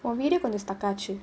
video கொஞ்ச:konja stuck ஆச்சு:aachu